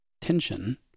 tension